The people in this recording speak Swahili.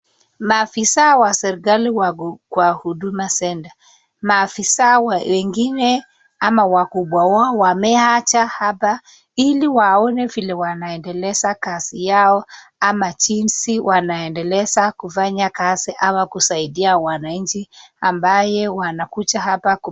Maafisa wa serikali wako kwa huduma center . Maafisa wengine ama wakubwa wao wamekuja hapa ili waone vile wanaendeleza kazi yao ama jinsi wanavyoendelea kufanya kazi kusaidia wananchi ambaye wanakuja hapa ku..